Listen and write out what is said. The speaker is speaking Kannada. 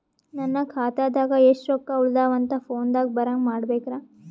ನನ್ನ ಖಾತಾದಾಗ ಎಷ್ಟ ರೊಕ್ಕ ಉಳದಾವ ಅಂತ ಫೋನ ದಾಗ ಬರಂಗ ಮಾಡ ಬೇಕ್ರಾ?